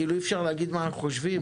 כאילו, אי אפשר להגיד מה אנחנו חושבים?